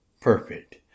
perfect